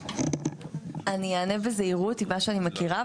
אני אענה בזהירות ממה שאני מכירה.